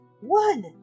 one